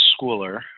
schooler